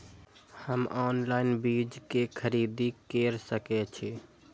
हम ऑनलाइन बीज के खरीदी केर सके छी?